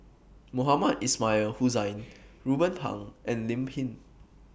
Mohamed Ismail Hussain Ruben Pang and Lim Pin